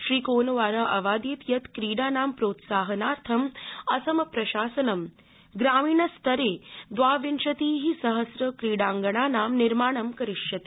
श्रीकोनवार अवादीत् यत् क्रीडानां प्रोत्साहनार्थ असमप्रशासनं ग्रामीणस्तरे द्वाविंशतिः सहस्र क्रीडांगणानां निर्माणं करिष्यति